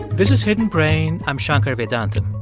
this is hidden brain. i'm shankar vedantam.